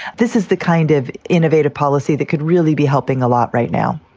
this is the kind of innovative policy that could really be helping a lot right now